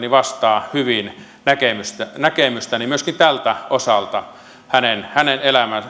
vastaa hyvin näkemystäni myöskin tältä osalta hänen hänen